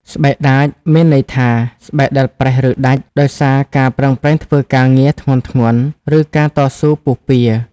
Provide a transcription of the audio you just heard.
ស្បែកដាច មានន័យថា ស្បែកដែលប្រេះ ឬដាច់ដោយសារការប្រឹងប្រែងធ្វើការងារធ្ងន់ៗ ឬការតស៊ូពុះពារ។